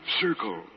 circle